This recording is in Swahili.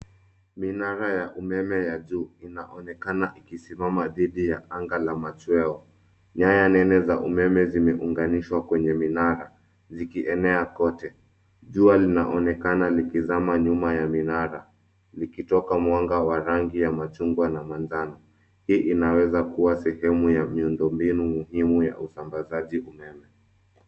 Minara ya umeme ya juu inaonekana ikisimama dhidi ya anga la machweo. Nyaya nene za umeme zimeunganishwa kwenye minara zikienea kote. Jua linaonekana likizama nyuma ya minara, likitoka rangi ya machungwa na manjano. Hii inaweza kuwa sehemu ya miundo mbinu muhimu ya usambazaji umeme.